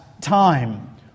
time